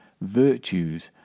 virtues